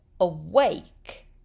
awake